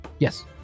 Yes